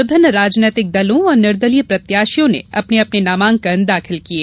विभिन्न राजनैतिक दलों और निर्दलीय प्रत्याशियों ने अपने अपने नामांकन दाखिल किये